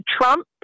Trump